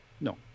no